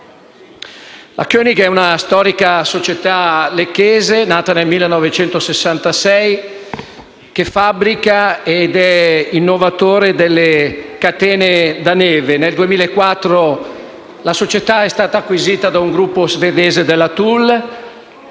La König è una storica società lecchese, nata nel 1966, che fabbrica e innova nel settore delle catene da neve. Nel 2004 la società è stata acquisita dal gruppo svedese Thule